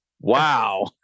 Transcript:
wow